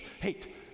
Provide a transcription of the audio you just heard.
hate